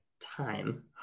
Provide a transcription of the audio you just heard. time